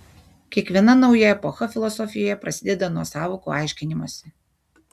kiekviena nauja epocha filosofijoje prasideda nuo sąvokų aiškinimosi